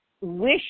wish